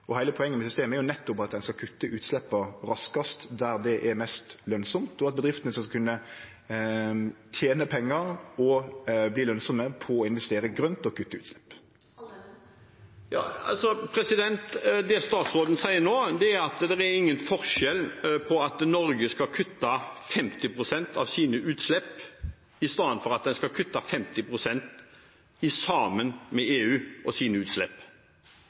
Heile poenget med systemet er jo nettopp at ein skal kutte utsleppa raskast der det er mest lønsamt, og at bedriftene skal kunne tene pengar og verte lønsame på å investere grønt og kutte utslepp. Det statsråden sier nå, er at det er ingen forskjell på at Norge skal kutte 50 pst. av sine utslipp, i stedet for at de skal kutte 50 pst. sammen med EU og